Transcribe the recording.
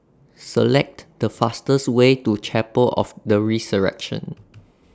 Select The fastest Way to Chapel of The Resurrection